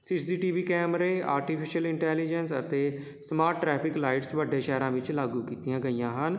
ਸੀ C T V ਕੈਮਰੇ artificial intelligence ਅਤੇ smart traffic lights ਵੱਡੇ ਸ਼ਹਿਰਾਂ ਵਿੱਚ ਲਾਗੂ ਕੀਤੀਆਂ ਗਈਆਂ ਹਨ